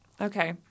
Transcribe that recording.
Okay